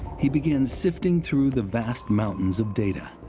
he began sifting through the vast mountains of data.